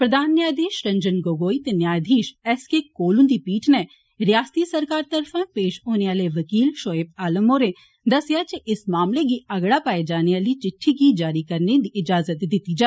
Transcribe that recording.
प्रधान न्यायधीष रंजन गोगोई ते न्यायधीष एस के कोल हुन्दी पीठ गी रियासत सरकार तरफां पेष होने आले वकील षोएब आलम होरें दस्सेआ जे इस मामले गी अगड़ा पाए जाने आली चिट्टी गी जारी करने दी इजाजत दिती जा